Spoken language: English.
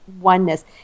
oneness